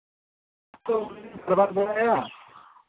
ᱦᱩᱭᱩᱜᱼᱟ